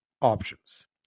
options